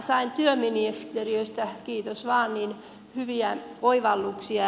sain työministeriöstä kiitos vain hyviä oivalluksia